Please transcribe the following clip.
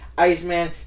Iceman